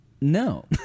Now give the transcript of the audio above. no